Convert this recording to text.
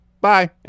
Bye